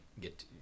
get